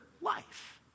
life